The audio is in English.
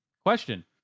Question